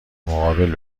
مقابل